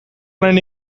honen